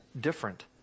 different